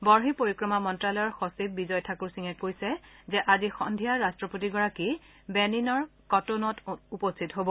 বহিঃ পৰিক্ৰমা মন্ত্যালয়ৰ সচিব বিজয় ঠাকুৰ সিঙে কৈছে যে আজি সন্ধিয়া ৰাট্টপতিগৰাকী বেনিনৰ কটনৌত উপস্থিত হব